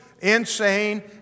insane